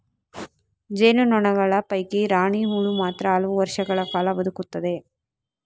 ಜೇನು ನೊಣಗಳ ಪೈಕಿ ರಾಣಿ ಹುಳು ಮಾತ್ರ ಹಲವು ವರ್ಷಗಳ ಕಾಲ ಬದುಕುತ್ತದೆ